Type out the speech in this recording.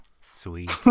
Sweet